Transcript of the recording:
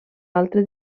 altre